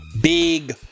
Big